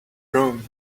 room